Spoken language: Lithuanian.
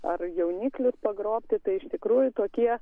ar jauniklius pagrobti tai iš tikrųjų tokie